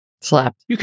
slapped